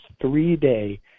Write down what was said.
three-day